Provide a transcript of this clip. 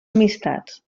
amistats